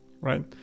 right